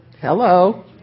Hello